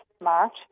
March